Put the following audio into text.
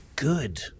good